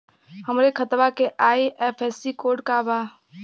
हमरे खतवा के आई.एफ.एस.सी कोड का बा?